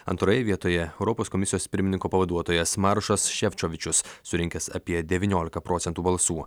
antroje vietoje europos komisijos pirmininko pavaduotojas maršas šėpšovičius surinkęs apie devyniolika procentų balsų